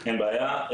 אין בעיה,